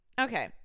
Okay